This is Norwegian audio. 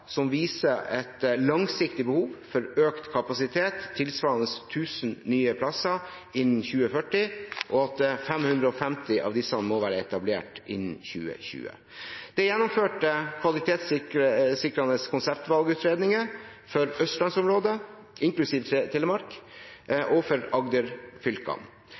som viser et langsiktig behov for økt kapasitet tilsvarende 1 000 nye plasser innen 2040, og at 550 av disse må være etablert innen 2020. Det er gjennomført kvalitetssikrende konseptvalgutredninger for Østlands-området inklusiv Telemark og for